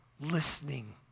listening